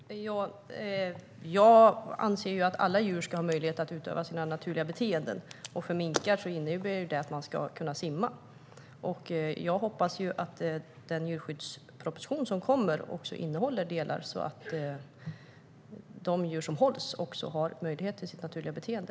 Herr talman! Jag anser att alla djur ska ha möjlighet att utöva sina naturliga beteenden. För minkar innebär det att de ska kunna simma. Jag hoppas att den djurskyddsproposition som kommer innehåller delar som gör att de djur som hålls har möjlighet till sitt naturliga beteende.